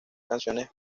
canciones